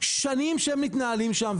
שנים שהם מתנהלים שם,